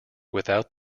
without